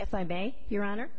if i may your honor